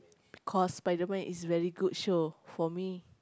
cause Spiderman is very good show for me